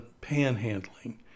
panhandling